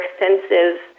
extensive